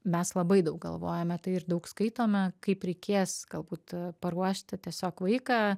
mes labai daug galvojome tai ir daug skaitome kaip reikės galbūt paruošti tiesiog vaiką